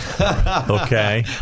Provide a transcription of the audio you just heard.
Okay